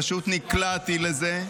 פשוט נקלעתי לזה.